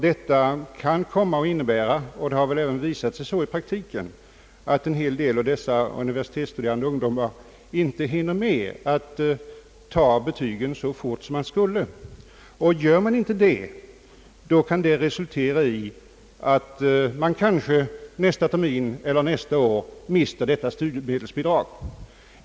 Det kan komma att innebära, vilket det i praktiken redan visat sig göra, att en hel del universitetsstuderande ungdomar inte hinner med att ta betygen så fort som de borde. Det kan resultera i att de kanske nästa termin eller nästa år mister studiemedelsbidragen.